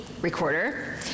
recorder